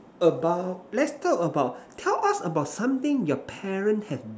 about let's talk about tell us about something your parents have